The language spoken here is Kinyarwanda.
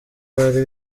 bari